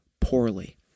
poorly